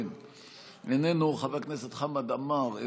חבר הכנסת מאיר כהן,